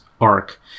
arc